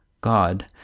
God